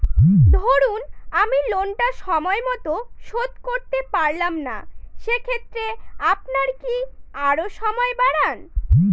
ধরুন আমি লোনটা সময় মত শোধ করতে পারলাম না সেক্ষেত্রে আপনার কি আরো সময় বাড়ান?